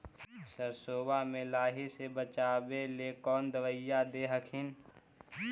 सरसोबा मे लाहि से बाचबे ले कौन दबइया दे हखिन?